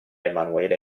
emanuele